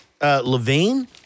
Levine